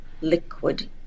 liquid